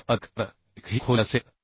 तर Tf अधिक r1 ही खोली असेल